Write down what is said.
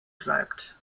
bleibt